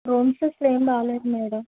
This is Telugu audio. రూమ్స్ ఏమి బాగాలేదు మేడం